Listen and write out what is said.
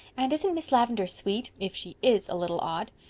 and isn't miss lavendar sweet, if she is a little odd?